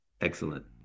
Excellent